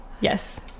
yes